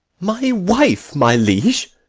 my wife, my liege!